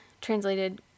translated